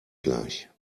gleich